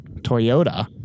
Toyota